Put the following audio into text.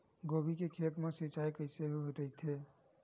गोभी के खेत मा सिंचाई कइसे रहिथे?